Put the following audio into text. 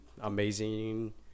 amazing